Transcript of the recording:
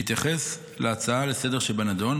בהתייחס להצעה לסדר שבנדון,